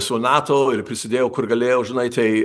su nato ir prisidėjau kur galėjau žinai tai